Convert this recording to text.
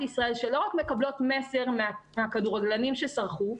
ישראל שלא רק מקבלות מסר מהכדורגלנים שסרחו,